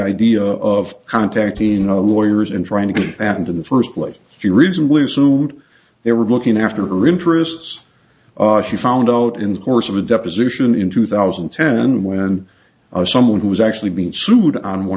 idea of contacting lawyers and trying to get it happened in the first place she reasonably assumed they were looking after her interests she found out in the course of a deposition in two thousand and ten when someone who's actually been sued on one